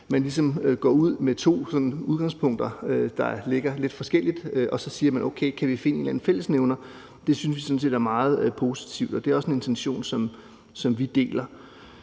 går ud med to udgangspunkter, der sådan ligger lidt forskelligt, og så siger: Okay, kan vi finde en eller anden fællesnævner? Det synes jeg sådan set er meget positivt. Og det er også en intention, som vi deler.